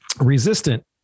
resistant